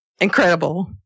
incredible